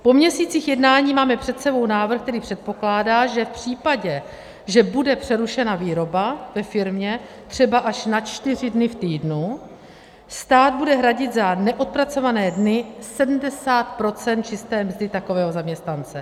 Po měsících jednání máme před sebou návrh, který předpokládá, že v případě, že bude přerušena výroba ve firmě třeba až na čtyři dny v týdnu, stát bude hradit za neodpracované dny 70 % čisté mzdy takového zaměstnance.